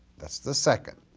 that's the second,